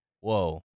Whoa